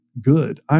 good